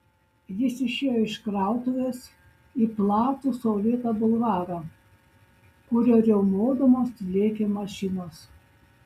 jis išėjo iš krautuvės į platų saulėtą bulvarą kuriuo riaumodamos lėkė mašinos